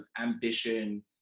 ambition